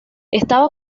estaba